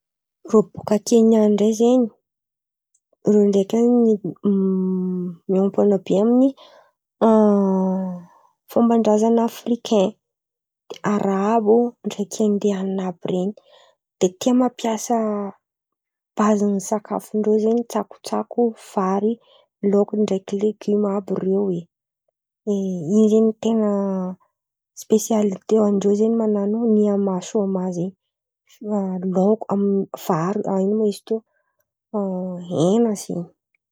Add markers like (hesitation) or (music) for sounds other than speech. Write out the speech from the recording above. Rô bòka Kenia ndray zen̈y, rô ndreky (hesitation) miompana be amin'ny (hesitation) fômban-drazan̈a afrikain, arabo ndreky aindiainina àby ren̈y. De tia mampiasa bazin'ny sakafondrô zen̈y tsakotsako, vary, laoko ndreky legioma àby rô oe. In̈y zen̈y ten̈a spesialitean-drô zen̈y manano miamasôma zen̈y laoko (hesitation) vary ino ma izy tiô? (hesitation) Hena zen̈y.